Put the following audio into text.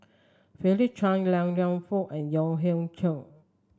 Philip Chia Liang Liang food and Yahya Cohen